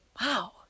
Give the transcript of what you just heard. Wow